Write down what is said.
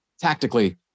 tactically